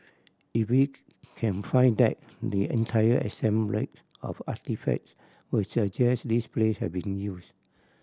if we can find that the entire assemblage of artefacts would suggest this place has been used